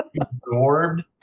absorbed